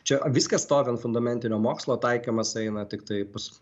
čia viskas stovi ant fundamentinio mokslo taikymas eina tiktai pas